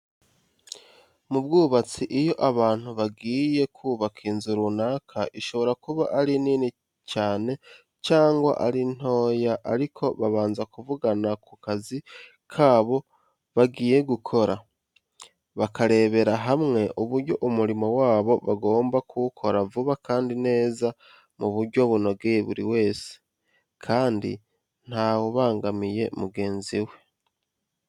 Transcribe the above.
Mu bwubatsi iyo abantu bagiye kubaka inzu runaka ishobora kuba ari nini cyane cyangwa ari ntoya ariko babanza kuvugana ku kazi kabo bagiye gukora, bakarebera hamwe uburyo umurimo wabo bagomba kuwukora vuba kandi neza mu buryo bunogeye buri wese, kandi ntawubangamiye mugenzi we.